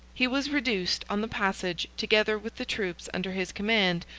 he was reduced, on the passage, together with the troops under his command,